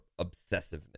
obsessiveness